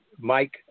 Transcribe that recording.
Mike